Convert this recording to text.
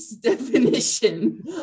definition